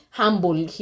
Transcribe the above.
humble